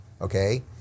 okay